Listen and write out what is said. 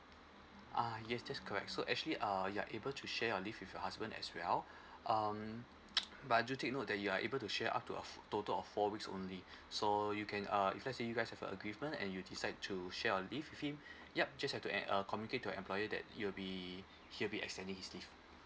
uh yes that's correct so actually uh you're able to share your leave with your husband as well um but do take note that you are able to share up to a fo~ total of four weeks only so you can uh if let's say you guys have a agreement and you decide to share your leave with him yup just have to uh err communicate to your employer that you'll be he'll be extending his leave